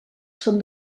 són